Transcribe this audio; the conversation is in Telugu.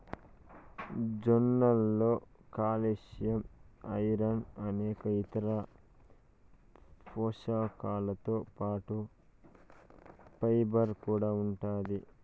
జొన్నలలో కాల్షియం, ఐరన్ అనేక ఇతర పోషకాలతో పాటు ఫైబర్ కూడా ఉంటాది